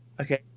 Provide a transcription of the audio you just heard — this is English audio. okay